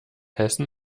hessen